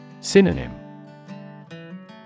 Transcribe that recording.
Synonym